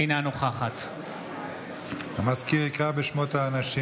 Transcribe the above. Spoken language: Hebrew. אינה נוכחת המזכיר יקרא בשמות האנשים,